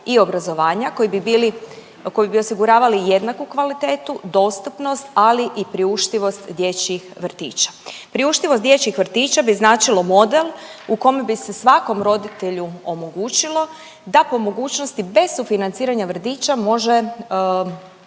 bi bili, koji bi osiguravali jednaku kvalitetu, dostupnost, ali i priuštivost dječjih vrtića. Priuštivnost dječjih vrtića bi značilo model u kome bi se svakom roditelju omogućilo da po mogućnosti bez sufinanciranja vrtića može